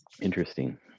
Interesting